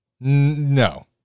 No